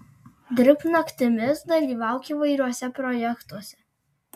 dirbk naktimis dalyvauk įvairiuose projektuose